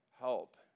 help